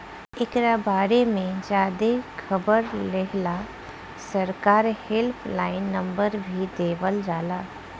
एकरा बारे में ज्यादे खबर लेहेला सरकार हेल्पलाइन नंबर भी देवल जाला